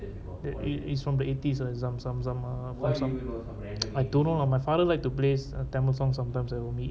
it it's from the eighties ah some some some some some ah from some I don't know lah my father like to play tamil songs sometimes when we eat